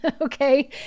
okay